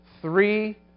three